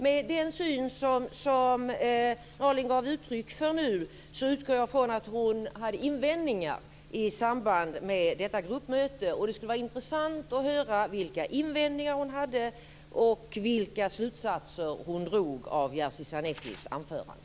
Med den syn som Nalin gav uttryck för nu utgår jag från att hon hade invändningar i samband med detta gruppmöte. Det skulle vara intressant att höra vilka invändningar hon hade och vilka slutsatser hon drog av Jerzy Sarneckis anförande.